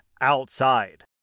outside